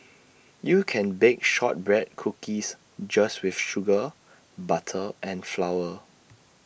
you can bake Shortbread Cookies just with sugar butter and flour